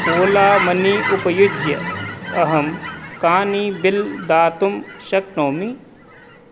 Ola money उपयुज्य अहं कानि बिल् दातुं शक्नोमि